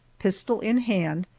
pistol in hand,